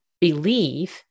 believe